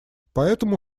поэтому